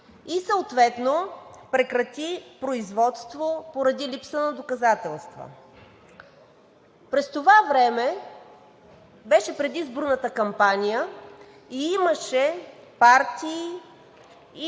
и съответно прекрати производство поради липса на доказателства. През това време беше предизборната кампания и имаше партии